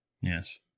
Yes